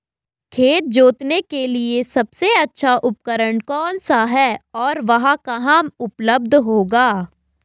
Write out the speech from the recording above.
खेत जोतने के लिए सबसे अच्छा उपकरण कौन सा है और वह कहाँ उपलब्ध होगा?